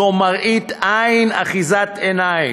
זאת מראית עין, אחיזת עיניים.